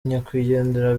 nyakwigendera